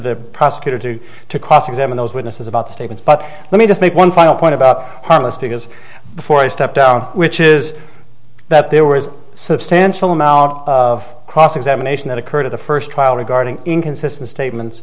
the prosecutor to to cross examine those witnesses about the statements but let me just make one final point about harmless because before i step down which is that there was a substantial amount of cross examination that occurred in the first trial regarding inconsistent statements